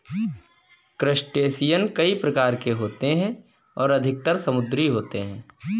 crustacean कई प्रकार के होते हैं और अधिकतर समुद्री होते हैं